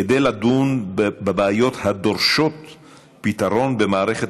כדי לדון בבעיות הדורשות פתרון במערכת